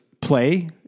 play